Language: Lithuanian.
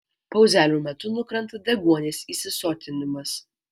pauzelių metu nukrenta deguonies įsisotinimas